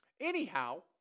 Anyhow